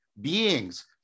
beings